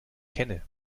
kenne